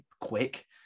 quick